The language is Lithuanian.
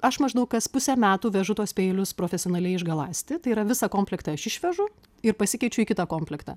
aš maždaug kas pusę metų vežu tuos peilius profesionaliai išgaląsti tai yra visą komplektą aš išvežu ir pasikeičiu į kitą komplektą